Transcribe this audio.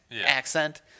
accent